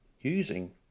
using